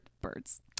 birds